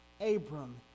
Abram